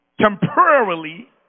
temporarily